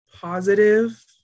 positive